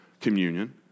communion